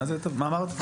מה אמרת?